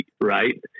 right